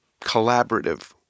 collaborative